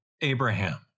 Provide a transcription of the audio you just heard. Abraham